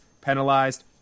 penalized